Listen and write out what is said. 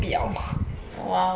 !wah! !wah! !wah!